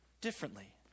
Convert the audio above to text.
differently